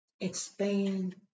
expand